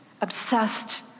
obsessed